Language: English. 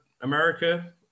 America